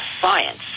science